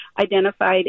identified